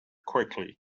quickly